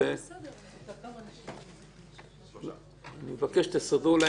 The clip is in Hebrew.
ובאפשרויות לחזור